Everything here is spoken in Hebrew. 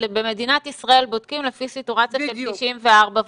במדינת ישראל, בודקים לפי סטורציה של 94 ומטה.